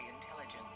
intelligent